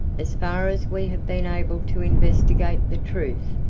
as far as we have been able to investigate the truth,